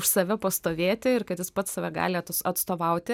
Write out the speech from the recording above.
už save pastovėti ir kad jis pats save gali atstovauti